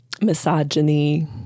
misogyny